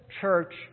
church